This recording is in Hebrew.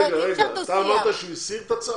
רגע, אמרת שהוא הסיר את הצו?